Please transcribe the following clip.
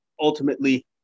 ultimately